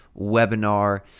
webinar